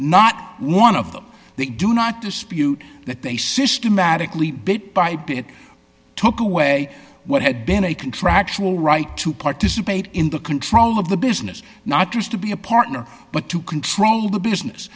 not one of them that do not dispute that they systematically bit by bit took away what had been a contractual right to participate in the control of the business not just to be a partner but to control the business